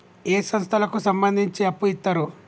ఏ సంస్థలకు సంబంధించి అప్పు ఇత్తరు?